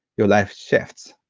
your life shifts,